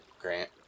Grant